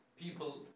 people